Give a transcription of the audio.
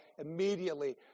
Immediately